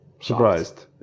surprised